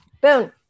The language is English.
boom